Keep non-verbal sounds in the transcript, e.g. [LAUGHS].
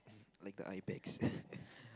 like the ice packs [LAUGHS]